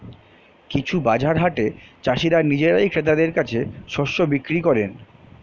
কিছু বাজার হাটে চাষীরা নিজেরাই ক্রেতাদের কাছে শস্য বিক্রি করেন